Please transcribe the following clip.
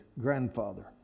grandfather